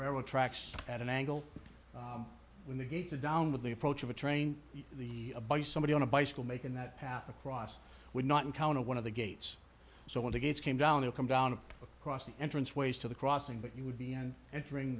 railroad tracks at an angle when the gates are down with the approach of a train the a by somebody on a bicycle making that path across would not encounter one of the gates so want to gates came down and come down across the entrance ways to the crossing but you would be and entering